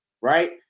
right